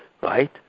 Right